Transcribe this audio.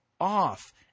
off